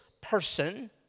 person